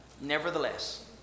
Nevertheless